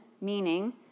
meaning